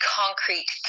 concrete